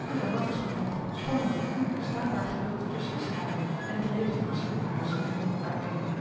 door zijn makkers gevolgd sprong hij met onweerstaanbaar geweld tussen de scharen en dreef de verschrikte huisgezinnen uiteen